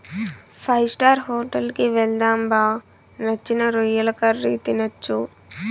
five star hotel కి వెళ్దాం బా నచ్చిన రొయ్యల కర్రీ తినొచ్చు